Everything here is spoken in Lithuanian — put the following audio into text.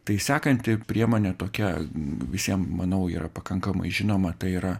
tai sekanti priemonė tokia visiem manau yra pakankamai žinoma tai yra